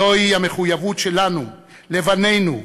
זוהי המחויבות שלנו לבנינו ולבנותינו,